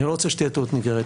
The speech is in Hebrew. אני לא רוצה שתהיה טעות נגררת.